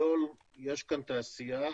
בגדול יש כאן תעשייה,